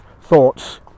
thoughts